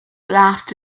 laughed